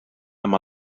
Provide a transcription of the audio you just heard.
amb